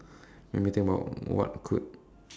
let me think about what could